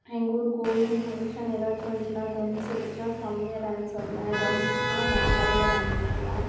எங்கள் ஊர் கோவில் ஃபங்க்ஷன் ஏதாச்சும் வந்துச்சுன்னா ட்ரம்ஸ் அடித்தா செம்மையா டான்ஸ் ஆடுவேன் ட்ரம்ஸ்க்கெல்லா வேற லெவலில் டான்ஸ் ஆடுவேன்